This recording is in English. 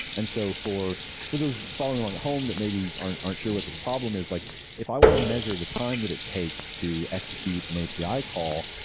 and so for for those following along at home that maybe aren't aren't sure what this problem is, like if i want to measure the time that it takes to execute an api call,